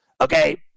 Okay